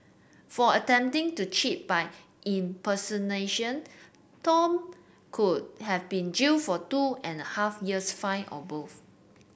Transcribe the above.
for attempting to cheat by impersonation Tan could have been jailed for two and a half years fined or both